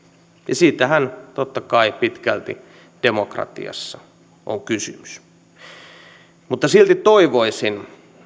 siitähän totta kai pitkälti demokratiassa on kysymys mutta silti toivoisin